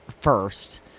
first